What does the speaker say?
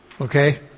Okay